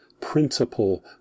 principle